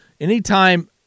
anytime